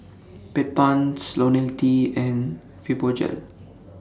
Bedpans Ionil T and Fibogel